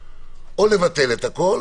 או לבטל את הכול,